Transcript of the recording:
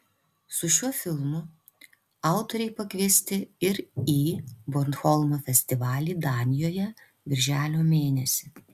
su šiuo filmu autoriai pakviesti ir į bornholmo festivalį danijoje birželio mėnesį